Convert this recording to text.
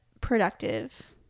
productive